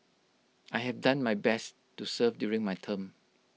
I have done my best to serve during my term